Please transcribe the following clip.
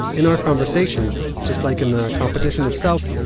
in our conversations, just like in the competition itself,